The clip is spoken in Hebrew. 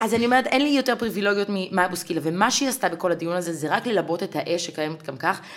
אז אני אומרת, אין לי יותר פריבילוגיות ממיה בוסקילה, ומה שהיא עשתה בכל הדיון הזה זה רק ללבות את האש שקיימת גם כך.